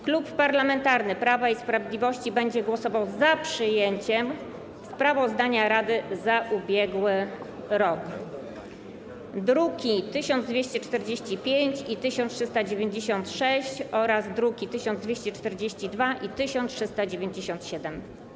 Klub Parlamentarny Prawo i Sprawiedliwość będzie głosował za przyjęciem sprawozdania rady za ubiegły rok, druki nr 1245 i 1396 oraz 1242 i 1397.